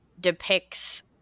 depicts